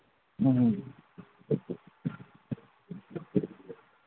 ꯎꯝꯍꯨꯝ